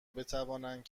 بتوانند